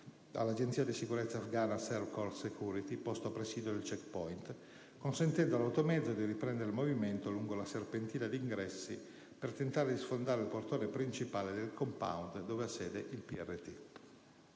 dell'agenzia di sicurezza afgana *Serv Cor Security* posto a presidio del *check point*, consentendo all'automezzo di riprendere il movimento lungo la serpentina di ingresso per tentare di sfondare il portone principale del *compound* dove ha sede il PRT.